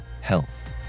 health